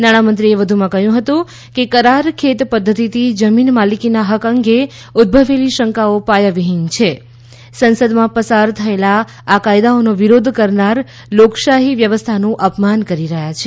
નાણામંત્રી એ કહ્યું કે કરાર ખેત પધ્ધતિથી જમીન માલીકીના હક અંગે ઉદભવેલી શંકાઓ પાયાવિહીન છે તેમણે કહયું કે સંસદમાં પસાર થયેલા આ કાયદાઓનો વીરોધ કરનાર લોકશાહી વ્યવસ્થાનું અપમાન કરી રહયાં છે